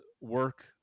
work